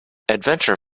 adventure